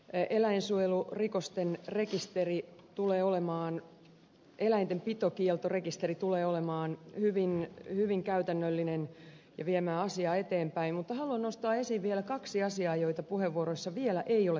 eläinsuojelu rikosten rekisteri tulee olemaan eläintenpitokieltorekisteri tulee olemaan hyvin käytännöllinen ja viemään asiaa eteenpäin mutta haluan nostaa esiin vielä kaksi asiaa joita puheenvuoroissa ei ole vielä kuultu